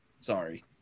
sorry